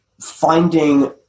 finding